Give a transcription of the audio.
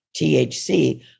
THC